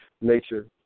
nature